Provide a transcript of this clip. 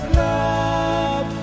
love